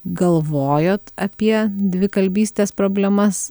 galvojot apie dvikalbystės problemas